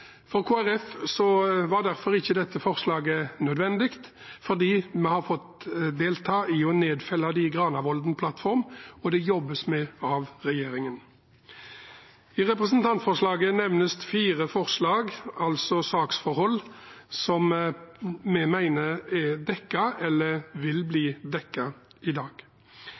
For Kristelig Folkeparti var derfor ikke dette forslaget nødvendig, for vi har fått delta i å nedfelle det i Granavolden-plattformen, og det jobbes med i regjeringen. I representantforslaget nevnes fire forslag, altså saksforhold, som vi mener er dekket eller vil bli dekket i dag.